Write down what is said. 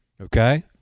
Okay